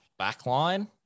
backline